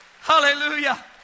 Hallelujah